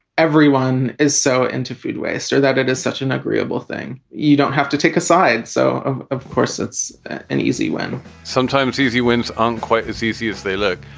everyone is so into food waste or that it is such an agreeable thing. you don't have to take a side. so, of of course, it's an easy win sometimes easy wins aren't quite as easy as they look.